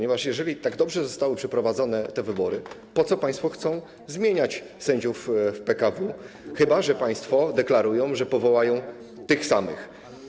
Jeżeli tak dobrze zostały przeprowadzone te wybory, to po co państwo chcą zmieniać sędziów w PKW, chyba że państwo deklarują, że powołają tych samych.